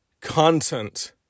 content